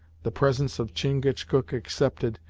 the presence of chingachgook excepted,